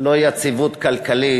לא יציבות כלכלית.